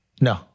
No